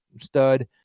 stud